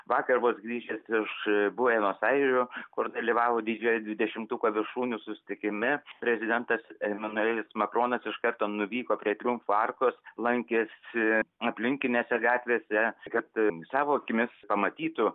vakar vos grįžęs iš buenos airių kur dalyvavo didžiojo dvidešimtuko viršūnių susitikime prezidentas emanuelis makronas iš karto nuvyko prie triumfo arkos lankėsi aplinkinėse gatvėse kad savo akimis pamatytų